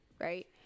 right